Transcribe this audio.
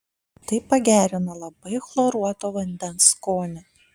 tai pagerina labai chloruoto vandens skonį